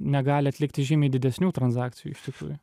negali atlikti žymiai didesnių transakcijų iš tikrųjų